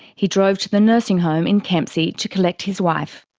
he drove to the nursing home in kempsey to collect his wife.